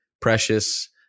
Precious